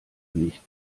nicht